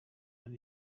and